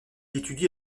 étudie